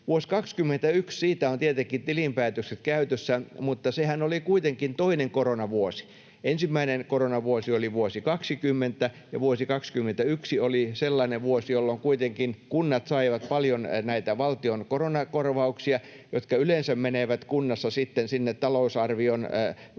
Vuodesta 21 on tietenkin tilinpäätökset käytössä, mutta sehän oli kuitenkin toinen koronavuosi. Ensimmäinen koronavuosi oli vuosi 20, ja vuosi 21 oli sellainen vuosi, jolloin kuitenkin kunnat saivat paljon näitä valtion koronakorvauksia, jotka yleensä menevät kunnassa sinne talousarvion muihin